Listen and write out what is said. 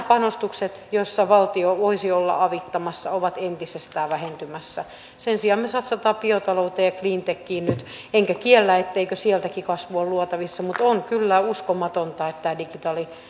panostukset joissa valtio voisi olla avittamassa ovat entisestään vähentymässä sen sijaan me satsaamme biotalouteen ja cleantechiin nyt enkä kiellä etteikö sieltäkin kasvua ole luotavissa mutta on kyllä uskomatonta että tämä